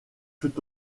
tout